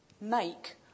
make